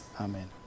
amen